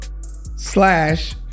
slash